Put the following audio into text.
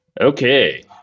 Okay